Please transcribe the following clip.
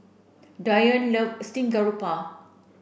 Dionne love steamed garoupa